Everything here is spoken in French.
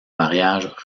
mariage